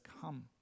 come